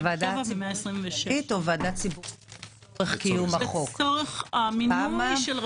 ועדה ציבורית כללית או ועדה לצורך החוק?